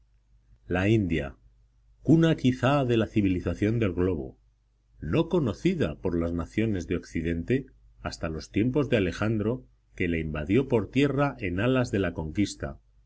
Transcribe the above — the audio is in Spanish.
la india cuna quizá de la civilización del globo no conocida por las naciones de occidente hasta los tiempos de alejandro que la invadió por tierra en alas de la conquista